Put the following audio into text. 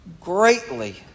greatly